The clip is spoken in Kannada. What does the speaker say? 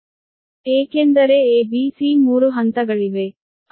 ಏಕೆಂದರೆ A B C ಮೂರು ಹಂತಗಳಿವೆ